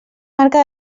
marca